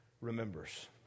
remembers